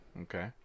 Okay